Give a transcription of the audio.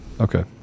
Okay